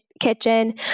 kitchen